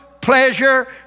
pleasure